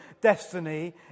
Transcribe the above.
destiny